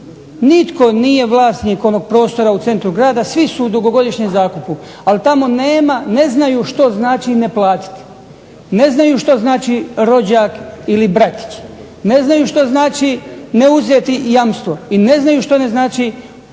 nitko nije vlasnik onog prostora u centru grada, svi su u dugogodišnjem zakupu, ali tamo ne znaju što znači ne platiti, ne znaju što znači rođak ili bratić, ne znaju što znači ne uzeti jamstvo, ne znaju što ne znači